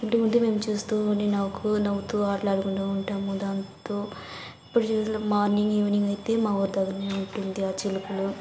తింటు ఉంటే మేము చూస్తు ఉండి నవ్వుకు నవ్వుతు ఆట్లాడుకుంటూ ఉంటాము దాంతో ఎప్పుడు చూసినా మార్నింగ్ ఈవినింగ్ అయితే మా ఊరు దగ్గర ఉంటుంది ఆ చిలుకలు